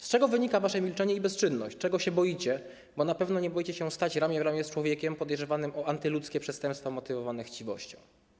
Z czego wynika wasze milczenie i bezczynność, czego się boicie, bo na pewno nie boicie się stać ramię w ramię z człowiekiem podejrzewanym o antyludzkie przestępstwa motywowane chciwością.